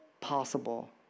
possible